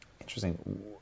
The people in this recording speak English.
interesting